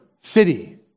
city